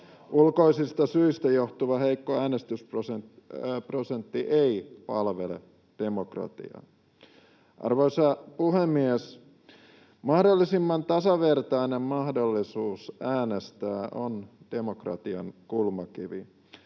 Ulkoisista syistä johtuva heikko äänestysprosentti ei palvele demokratiaa. Arvoisa puhemies! Mahdollisimman tasavertainen mahdollisuus äänestää on demokratian kulmakivi.